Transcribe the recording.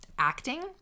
acting